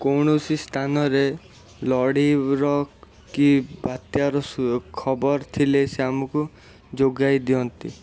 କୌଣସି ସ୍ଥାନରେ ଲଢ଼େଇର କି ବାତ୍ୟାର ସୁ ଖବର ଥିଲେ ସେ ଆମୁକୁ ଯୋଗାଇ ଦିଅନ୍ତି